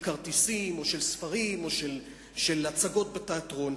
כרטיסים או של ספרים או של הצגות בתיאטרון.